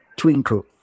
twinkle